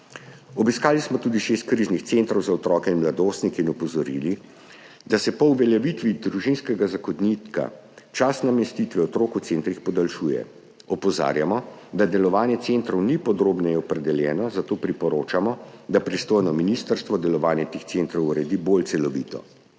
Obiskali smo tudi šest kriznih centrov za otroke in mladostnike in opozorili, da se po uveljavitvi Družinskega zakonika čas namestitve otrok v centrih podaljšuje. Opozarjamo, da delovanje centrov ni podrobneje opredeljeno, zato priporočamo, da pristojno ministrstvo delovanje teh centrov uredi bolj celovito.